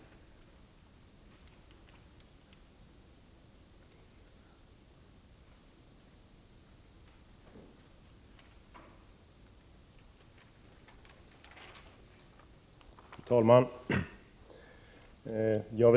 Tack!